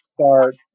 start